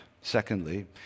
secondly